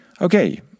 okay